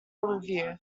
review